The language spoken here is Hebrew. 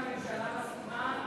אם הממשלה מסכימה,